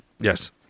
yes